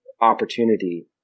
opportunity